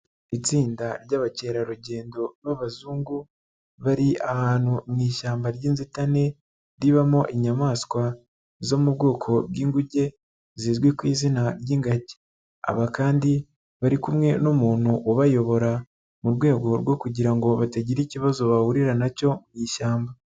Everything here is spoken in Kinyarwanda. Itsinda ry'abakerarugendo b'abazungu, bari ahantu mu ishyamba ry'inzitane, ribamo inyamaswa zo mu bwoko bw'inguge zizwi ku izina ry'ingagi, aba kandi bari kumwe n'umuntu ubayobora, mu rwego rwo kugira ngo batagira ikibazo bahurira na cyo mu ishyamba.